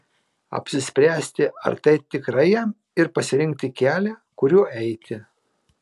apsispręsti ar tai tikrai jam ir pasirinkti kelią kuriuo eiti